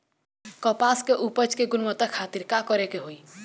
कपास के उपज की गुणवत्ता खातिर का करेके होई?